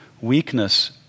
weakness